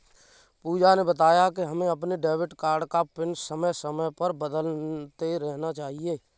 पूजा ने बताया कि हमें अपने डेबिट कार्ड का पिन समय समय पर बदलते रहना चाहिए